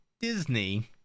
Disney